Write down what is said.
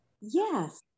Yes